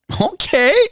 okay